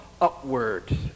upward